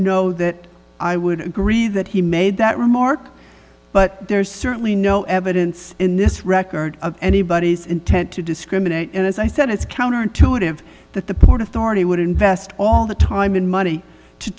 know that i would agree that he made that remark but there's certainly no evidence in this record of anybody's intent to discriminate and as i said it's counterintuitive that the port authority would invest all the time and money to